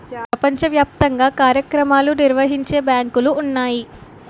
ప్రపంచ వ్యాప్తంగా కార్యక్రమాలు నిర్వహించే బ్యాంకులు ఉన్నాయి